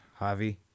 Javi